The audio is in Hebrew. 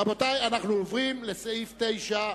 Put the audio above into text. רבותי, אנחנו עוברים לסעיף 9,